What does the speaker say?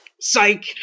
psych